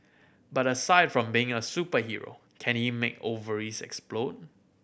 but aside from being a superhero can he make ovaries explode